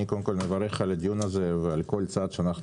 אני מברך על הדיון הזה ועל כל צעד שאנחנו